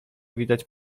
widać